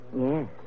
Yes